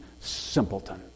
simpleton